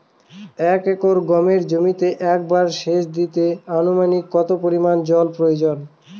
এক একর গমের জমিতে একবার শেচ দিতে অনুমানিক কত পরিমান জল প্রয়োজন?